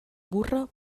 burra